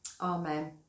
Amen